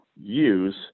use